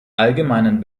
allgemeinen